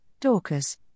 Dorcas